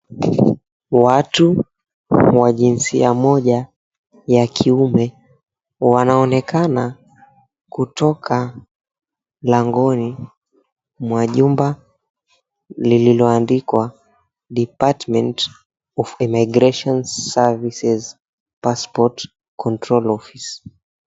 Watu wa jinsia moja ya kiume wanaonekana kutoka langoni mwa jumba lililoandikwa, Department of Immigration Services Passport Control Office.